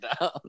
down